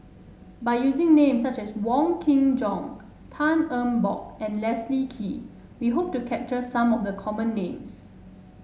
by using names such as Wong Kin Jong Tan Eng Bock and Leslie Kee we hope to capture some of the common names